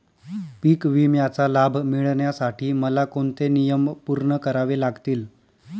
पीक विम्याचा लाभ मिळण्यासाठी मला कोणते नियम पूर्ण करावे लागतील?